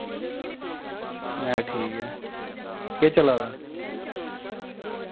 में ठीक ऐं केह् चला दा